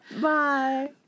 Bye